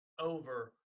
over